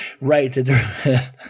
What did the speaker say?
Right